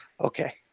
Okay